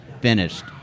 finished